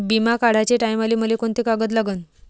बिमा काढाचे टायमाले मले कोंते कागद लागन?